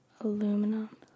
Aluminum